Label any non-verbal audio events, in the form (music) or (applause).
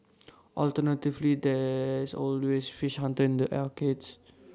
(noise) alternatively there's always fish Hunter in the arcades